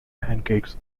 pancakes